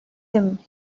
him